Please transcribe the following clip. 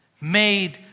made